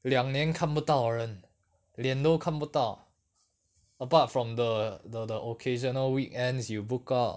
两年看不到人脸都看不到 apart from the the the occasional weekends you book out